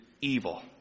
evil